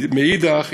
ולעומת זאת,